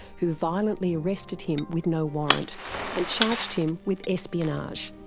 who violently arrested him with no warrant and charged him with espionage,